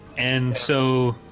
and so